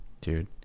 Dude